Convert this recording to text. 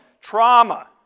trauma